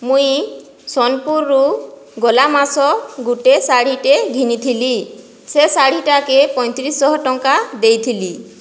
ମୁଇଁ ସୋନପୁର୍ରୁ ଗଲାମାସ ଗୁଟେ ଶାଢ଼ୀଟେ ଘିନିଥିଲି ସେ ଶାଢ଼ୀଟାକେ ପଇଁତିରିଶହ ଟଙ୍କା ଦେଇଥିଲି